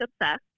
obsessed